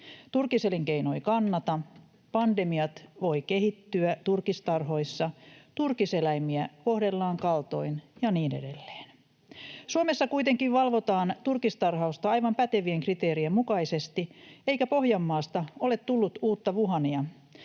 turkiselinkeino ei kannata, pandemiat voivat kehittyä turkistarhoissa, turkiseläimiä kohdellaan kaltoin ja niin edelleen. Suomessa kuitenkin valvotaan turkistarhausta aivan pätevien kriteerien mukaisesti, eikä Pohjanmaasta ole tullut uutta wuhania,